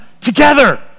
together